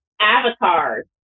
avatars